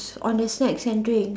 on the snacks and drink